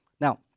Now